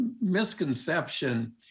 misconception